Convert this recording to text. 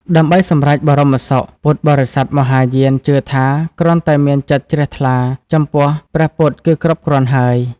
ដើម្បីសម្រេចបរមសុខ ពុទ្ធបរិស័ទមហាយានជឿថាគ្រាន់តែមានចិត្តជ្រះថ្លាចំពោះព្រះពុទ្ធគឺគ្រប់គ្រាន់ហើយ។